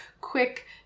quick